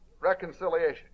reconciliation